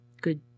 good